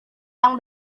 yang